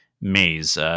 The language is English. Maze